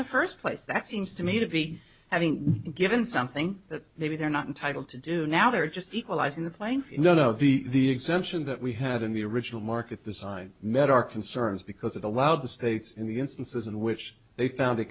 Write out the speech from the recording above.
the first place that seems to me to be having given something that maybe they're not entitle to do now they're just equalizing the plane none of the exemption that we had in the original market the sign met our concerns because it allowed the states in the instances in which they found a